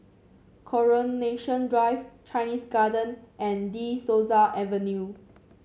Coronation Drive Chinese Garden and De Souza Avenue